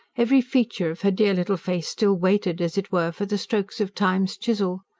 every feature of her dear little face still waited, as it were, for the strokes of time's chisel.